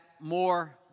more